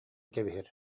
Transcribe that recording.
кэбиһэр